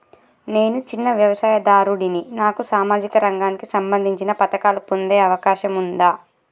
నేను చిన్న వ్యవసాయదారుడిని నాకు సామాజిక రంగానికి సంబంధించిన పథకాలు పొందే అవకాశం ఉందా?